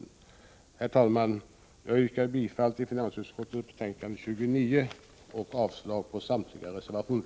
Herr talman! Jag yrkar bifall till hemställan i finansutskottets betänkande 29 och avslag på samtliga reservationer.